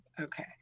Okay